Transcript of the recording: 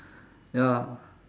ya